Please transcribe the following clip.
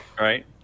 Right